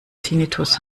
tinnitus